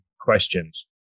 questions